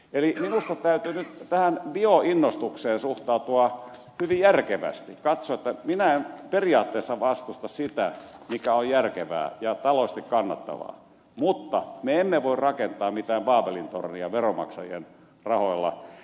eli minusta täytyy nyt tähän bioinnostukseen suhtautua hyvin järkevästi katsoa että minä en periaatteessa vastusta sitä mikä on järkevää ja taloudellisesti kannattavaa me emme voi rakentaa mitään baabelin tornia veronmaksajien rahoilla